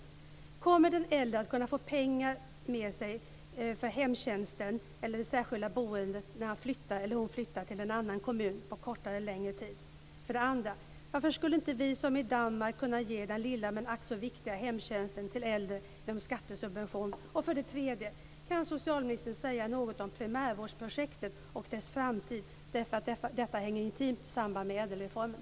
För det första: Kommer den äldre att kunna få pengar med sig för hemtjänsten eller det särskilda boendet när han eller hon flyttar till en annan kommun på kortare eller längre tid? För det andra: Varför skulle inte vi som i Danmark kunna ge den lilla men ack så viktiga hemtjänsten för äldre skattesubventioner? För det tredje: Kan socialministern säga något om primärvårdsprojektet och dess framtid? Detta hänger intimt samman med ädelreformen.